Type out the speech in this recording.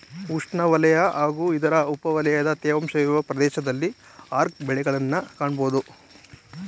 ಉಷ್ಣವಲಯ ಹಾಗೂ ಇದರ ಉಪವಲಯದ ತೇವಾಂಶವಿರುವ ಪ್ರದೇಶದಲ್ಲಿ ಆರ್ಕ ಬೆಳೆಗಳನ್ನ್ ಕಾಣ್ಬೋದು